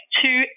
two